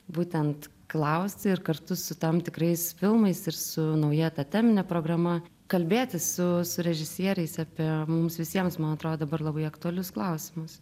būtent klausti ir kartu su tam tikrais filmais ir su nauja ta temine programa kalbėti su režisieriais apie mums visiems man atrodo dabar labai aktualius klausimus